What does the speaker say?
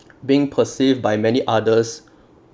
being perceived by many others